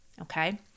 okay